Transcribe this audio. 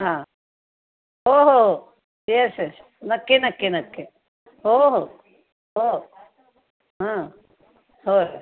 हां हो हो येस येस नक्की नक्की नक्की हो हो हो हं होय